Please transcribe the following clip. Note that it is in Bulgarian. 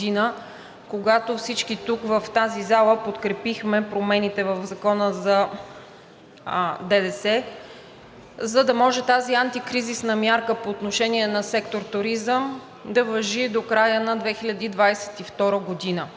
когато всички тук, в тази зала, подкрепихме промените в Закона за ДДС, за да може тази антикризисна мярка по отношение на сектор „Туризъм“ да важи до края на 2022 г.